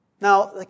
Now